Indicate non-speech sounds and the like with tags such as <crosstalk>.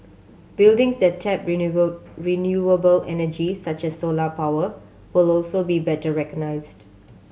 buildings that tap <unintelligible> renewable energy such as solar power will also be better recognised